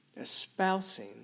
espousing